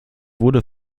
wurde